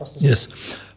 Yes